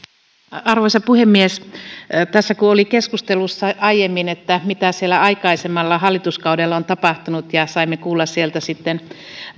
arvoisa puhemies tässä kun oli keskustelussa aiemmin mitä siellä aikaisemmalla hallituskaudella on tapahtunut ja saimme kuulla sieltä sitten